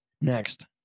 Next